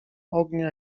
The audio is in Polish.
ognia